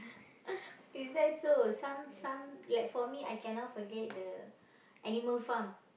is that so some some like for me I cannot forget the animal farm